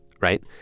Right